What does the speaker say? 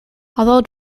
although